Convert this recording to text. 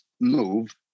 move